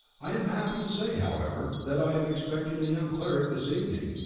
i am happy to say, however, that i am expecting a young cleric this evening,